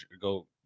go